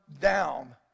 down